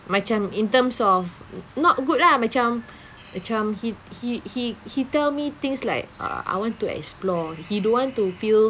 macam in terms of not good lah macam macam he he he he tell me things like err I want to explore he don't want to feel